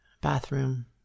bathroom